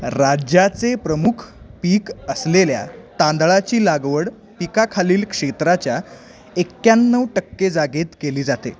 राज्याचे प्रमुख पीक असलेल्या तांदळाची लागवड पिकाखालील क्षेत्राच्या एक्याण्णव टक्के जागेत केली जाते